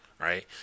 right